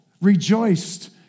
rejoiced